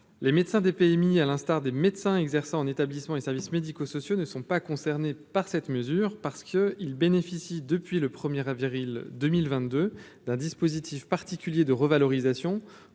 Les médecins de PMI, à l'instar des médecins exerçant en établissements et services médico-sociaux ne sont pas concernés par cette mesure parce que il bénéficie depuis le premier avril 2022 d'un dispositif particulier de revalorisation